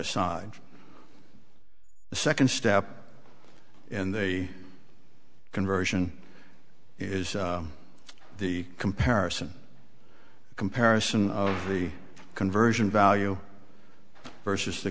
aside the second step in the conversion is the comparison a comparison of the conversion value versus the